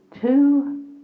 two